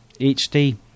HD